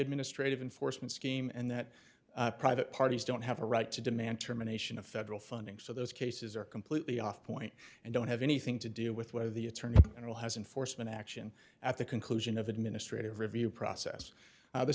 administrative enforcement scheme and that private parties don't have a right to demand terminations of federal funding so those cases are completely off point and don't have anything to do with whether the attorney general has enforcement action at the conclusion of administrative review process